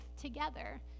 together